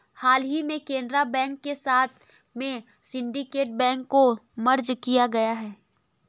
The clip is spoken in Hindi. हाल ही में केनरा बैंक के साथ में सिन्डीकेट बैंक को मर्ज किया गया है